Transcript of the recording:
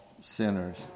sinners